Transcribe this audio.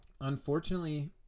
Unfortunately